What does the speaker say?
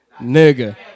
nigga